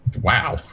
Wow